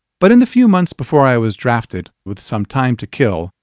but in the few months before i was drafted, with some time to kill,